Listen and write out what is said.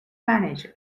manager